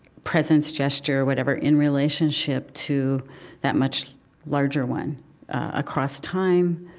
presence, gesture, whatever, in relationship to that much larger one across time,